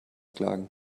klagen